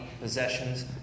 possessions